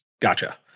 Gotcha